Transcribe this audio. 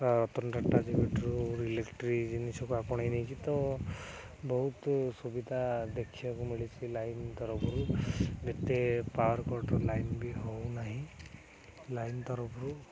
electric ଜିନିଷକୁ ଆପଣାଇ ନେଇଛି ତ ବହୁତ ସୁବିଧା ଦେଖିବାକୁ ମିଳିଛି ଲାଇନ ତରଫରୁ ଏତେ ପାୱାର କଟ ଲାଇନ ବି ହଉ ନାହିଁ ଲାଇନ ତରଫରୁ